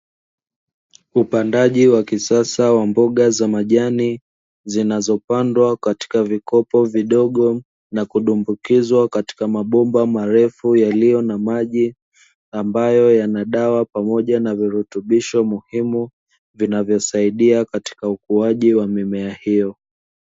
Upandaji wa kisasa wa mboga za majani zinazopandwa katika vikopo vidogo na kudumbukizwa katika mabomba marefu yaliyo na maji ambayo yanadawa pamoja na virutubisho muhimu vinavyosaidia katika ukuaji wa mimea hio.